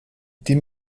die